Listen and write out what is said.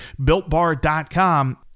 builtbar.com